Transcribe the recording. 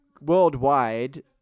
worldwide